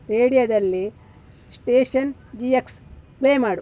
ರೇಡಿಯೋದಲ್ಲಿ station G X play ಮಾಡು